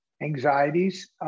anxieties